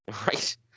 Right